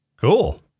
Cool